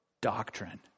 doctrine